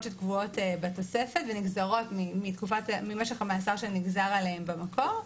שקבועות בתוספת ונגזרות ממשך המאסר שנגזר עליהם במקור.